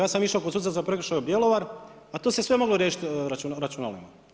Ja sam išao kod suca za prekršaje u Bjelovar, a to se sve moglo riješiti računalima.